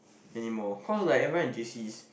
anymore cause like everyone in J_C is